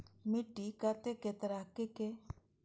मिट्टी कतेक तरह के?